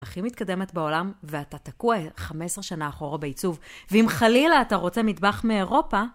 הכי מתקדמת בעולם, ואתה תקוע 15 שנה אחורה בעיצוב. ואם חלילה אתה רוצה מטבח מאירופה...